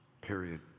period